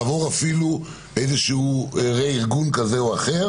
לעבור אפילו איזשהו רה-ארגון כזה או אחר